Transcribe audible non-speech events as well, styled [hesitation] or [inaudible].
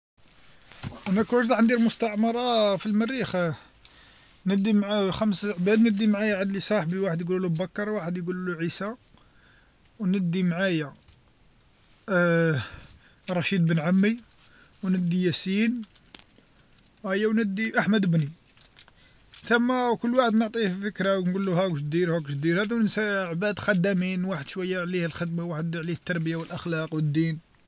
أنا لوكان جات عندي مستعمرا في المريخ ندي معايا خمسا بلاك ندي معايا صاحبي واحد واحد يقولو بكر و واحد يقولولو عيسى و ندي معايا [hesitation] رشيد بن عمي، و ندي ياسين أيا و ندي أحمد بني، ثما كل واحد نعكيه ذكرى و نقولو ها واش دير هاد واش دير، هاذو نسا عباد خدامين واحد شويا عليه الخدما واحد عليه التربيه و الأخلاق و الدين.